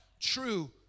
true